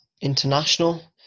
international